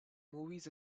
movies